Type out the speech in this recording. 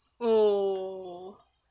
oh